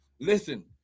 Listen